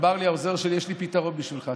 ואמר לי העוזר שלי: יש לי פתרון בשבילך,